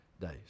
days